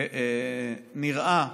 נראה,